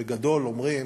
שבגדול אומרים